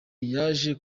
yaje